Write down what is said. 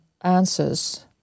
answers